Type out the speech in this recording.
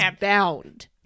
bound